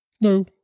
No